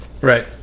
right